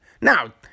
Now